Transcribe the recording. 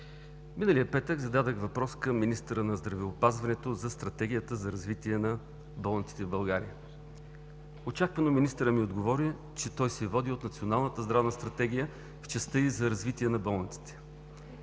Миналия петък зададох въпрос към министъра на здравеопазването за Стратегията за развитие на болниците в България. Очаквано министърът ми отговори, че той се води от Националната здравна стратегия в частта й за развитие на болниците.